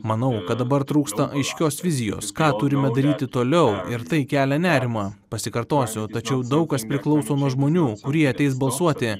manau kad dabar trūksta aiškios vizijos ką turime daryti toliau ir tai kelia nerimą pasikartosiu tačiau daug kas priklauso nuo žmonių kurie ateis balsuoti